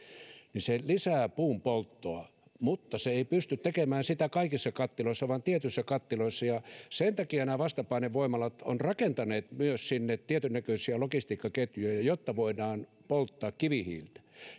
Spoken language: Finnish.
se lisäisi puun polttoa mutta sitä ei pystytä tekemään kaikissa kattiloissa vaan tietyissä kattiloissa sen takia nämä vastapainevoimalat ovat rakentaneet myös tietynnäköisiä logistiikkaketjuja jotta voidaan polttaa kivihiiltä